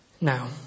Now